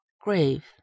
grave